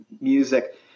music